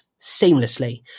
seamlessly